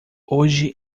hoje